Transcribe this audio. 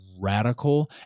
radical